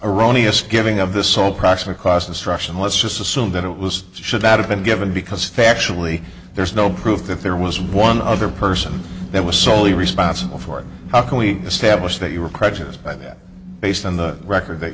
erroneous giving of the sole proximate cause destruction let's just assume that it was should not have been given because factually there is no proof that there was one other person that was solely responsible for it how can we establish that you were prejudiced by that based on the record that